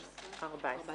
14